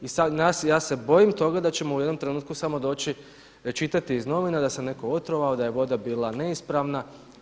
I sad, ja se bojim toga da ćemo u jednom trenutku samo doći čitati iz novina da se netko otrovao, da je voda bila neispravna.